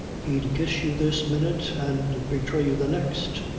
he'd kiss you this minute and betray you the next.